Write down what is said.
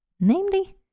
Namely